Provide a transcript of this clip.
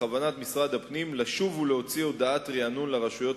בכוונת משרד הפנים לשוב ולהוציא הודעת רענון לרשויות